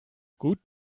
gut